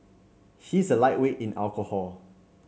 he is a lightweight in alcohol